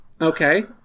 Okay